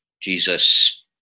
Jesus